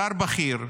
שר בכיר,